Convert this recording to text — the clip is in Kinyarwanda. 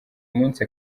munsi